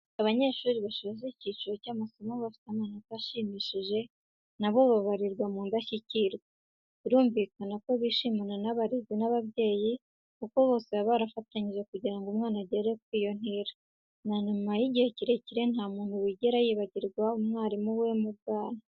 Abanyeshuri bashoje icyiciro cy'amasomo bafite amanota ashimishije na bo babarirwa mu ndashyikirwa. Birumvikana bishimana n'abarezi n'ababyeyi, kuko bose baba barafatanyije kugira ngo umwana agere kuri iyo ntera, na nyuma y'igihe kirekire, nta muntu wigera yibagirwa mwarimu we wo mu bwana.